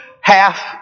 half